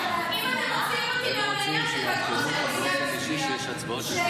אני דורשת שיעדכנו אותי על